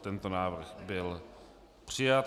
Tento návrh byl přijat.